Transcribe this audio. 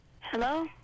Hello